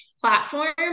platform